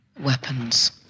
Weapons